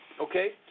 okay